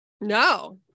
No